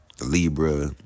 Libra